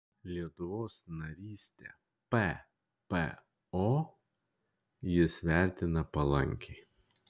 lietuvos narystę ppo jis vertina palankiai